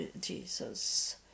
Jesus